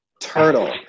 turtle